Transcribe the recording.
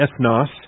ethnos